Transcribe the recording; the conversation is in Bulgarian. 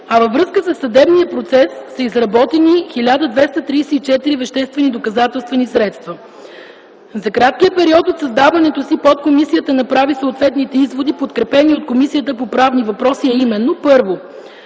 а във връзка със съдебния процес са изработени 1234 веществени доказателствени средства. За краткия период от създаването си подкомисията направи съответните изводи, подкрепени и от Комисията по правни въпроси, а именно: 1.